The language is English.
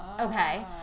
okay